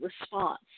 response